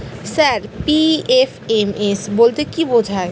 Sir PFMS বলতে কি বোঝায়?